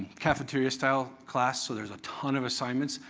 cafeteria-style class, so there's a ton of assignments.